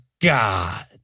God